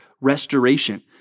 restoration